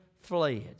fled